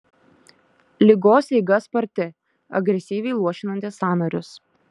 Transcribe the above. ligos eiga sparti agresyviai luošinanti sąnarius